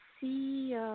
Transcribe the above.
see